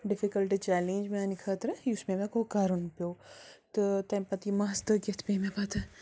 ڈِفِکَلٹہٕ challenge میانہِ خٲطرٕ یُس مےٚ کَرُن پیٚو تہٕ تمہِ پتہٕ یہِ مژھ دٔگِتھ پے مےٚ پَتہٕ